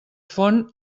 font